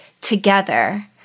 together